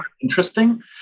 Interesting